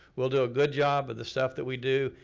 we'll do a good job with the stuff that we do,